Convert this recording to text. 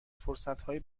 فرصتهای